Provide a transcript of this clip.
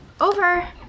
Over